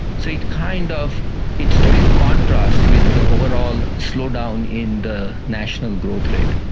so it kind of it stood in contrast with the overall slow-down in the national growth rate.